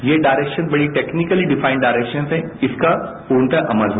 ये डायरेक्शन बडी technically defined directions है इसका पूर्णतरू अमल हो